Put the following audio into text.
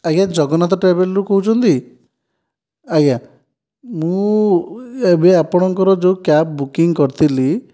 ଆଜ୍ଞା ଜଗନ୍ନାଥ ଟ୍ରାଭେଲ୍ରୁ କହୁଛନ୍ତି ଆଜ୍ଞା ମୁଁ ଏବେ ଆପଣଙ୍କର ଯେଉଁ କ୍ୟାବ୍ ବୁକିଙ୍ଗ୍ କରିଥିଲି